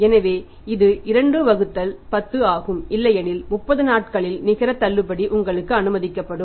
எனவே இது 2 வகுத்தல் 10 ஆகும் இல்லையெனில் 30 நாட்களின் நிகர தள்ளுபடி உங்களுக்கு அனுமதிக்கப்படும்